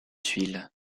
tuiles